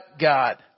God